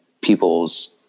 people's